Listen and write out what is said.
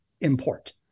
import